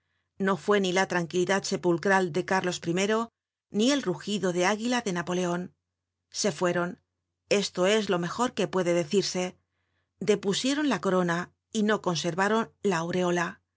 no fue ni la tranquilidad sepulcral de cárlos i ni el rugido de águila de napoleon se fueron esto es lo mejor que puede decirse depusieron la corona y no conservaron la aureola